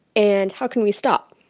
and how can we stop?